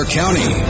county